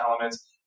elements